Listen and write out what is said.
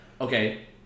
okay